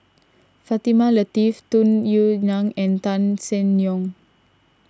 Fatimah Lateef Tung Yue Nang and Tan Seng Yong